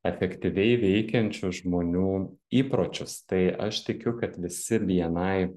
efektyviai veikiančių žmonių įpročius tai aš tikiu kad visi bni